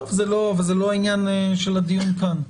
טוב, זה לא, אבל זה לא העניין של הדיון כאן.